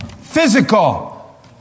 Physical